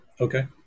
Okay